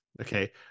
okay